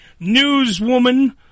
newswoman